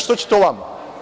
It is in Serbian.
Šta će to vama?